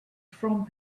from